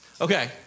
Okay